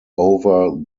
over